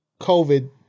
COVID